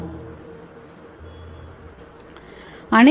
slide நேரத்தைப் பார்க்கவும் 0904